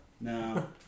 No